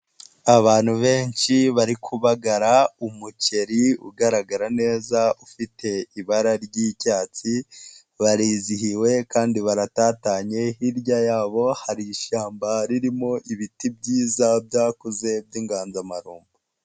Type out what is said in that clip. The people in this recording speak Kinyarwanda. Abantu benshi bari kubagara umukeri ugaragara neza ufite ibara ry'icyatsi, barizihiwe kandi baratatanye, hirya yabo hari ishyamba ririmo ibiti byiza byakuze by'inganzamarumbo.